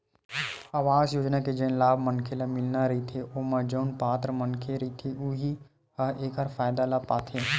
अवास योजना के जेन लाभ मनखे ल मिलना रहिथे ओमा जउन पात्र मनखे रहिथे उहीं ह एखर फायदा ल पाथे